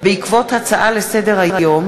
בעקבות דיון בהצעה לסדר-היום